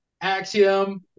Axiom